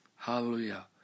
Hallelujah